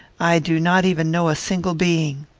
i do not even know a single being.